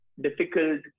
difficult